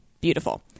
Beautiful